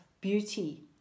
beauty